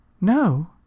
No